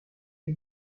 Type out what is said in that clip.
les